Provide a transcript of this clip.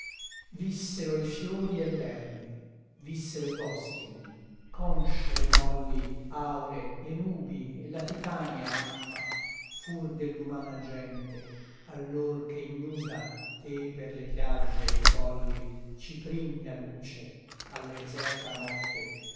vissero i fiori e l'erbe vissero i boschi un dì conscie le molli aure le nubi e la titania lampa fur dell'umana gente allor che ignuda te per le piagge e i colli ciprigna luce alla deserta notte